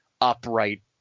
upright